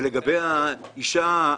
ולגבי האישה שהיא